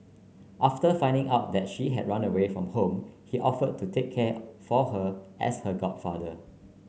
after finding out that she had run away from home he offered to take care for her as her godfather